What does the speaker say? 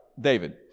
David